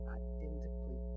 identically